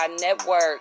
network